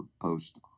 post